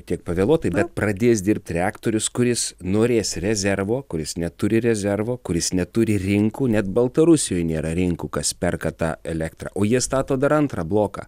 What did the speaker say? kiek pavėluotai bet pradės dirbt reaktorius kuris norės rezervo kuris neturi rezervo kuris neturi rinkų net baltarusijoj nėra rinkų kas perka tą elektrą o jie stato dar antrą bloką